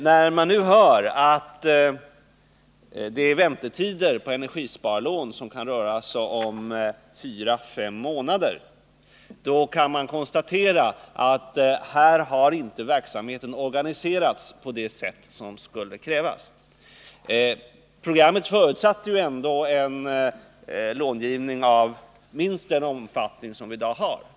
När man nu hör att väntetiderna för energisparlån kan röra sig om fyra fem månader konstaterar man att verksamheten inte har organiserats på det sätt som skulle krävas. Programmet förutsatte ändå en långivning av minst den omfattning vi i dag har.